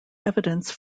evidence